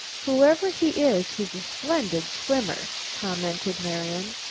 whoever he is, he's a splendid swimmer, commented marian.